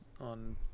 on